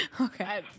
Okay